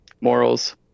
morals